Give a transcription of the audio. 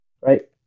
right